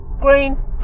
green